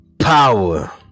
Power